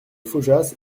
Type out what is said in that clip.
faujas